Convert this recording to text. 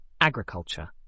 Agriculture